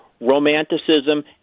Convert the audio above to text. romanticism